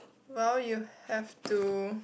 well you have to